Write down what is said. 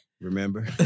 Remember